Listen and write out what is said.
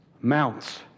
mounts